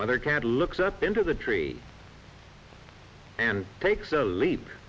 mother cat looks up into the tree and takes a leap